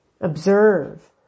Observe